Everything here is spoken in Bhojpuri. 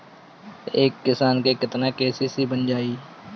एक किसान के केतना के.सी.सी बन जाइ?